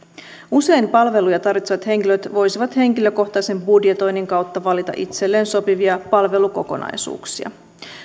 usein palveluja tarvitsevat henkilöt voisivat henkilökohtaisen budjetoinnin kautta valita itselleen sopivia palvelukokonaisuuksia